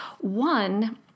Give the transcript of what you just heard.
one